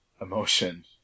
emotion